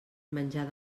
menjar